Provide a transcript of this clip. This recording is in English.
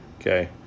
Okay